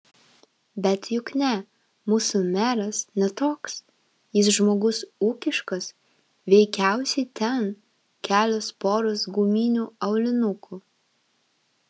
bet juk ne mūsų meras ne toks jis žmogus ūkiškas veikiausiai ten kelios poros guminių aulinukų